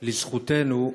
לזכותנו,